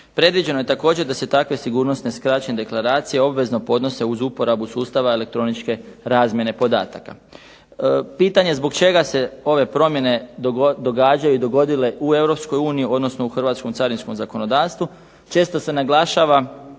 Predviđeno je također da se takve sigurnosne skraćene deklaracije obvezno podnose uz uporabu sustava elektroničke razmjene podataka. Pitanje zbog čega se ove promjene događaju i dogodile u Europskoj uniji, odnosno u hrvatskom carinskom zakonodavstvu? Često se naglašava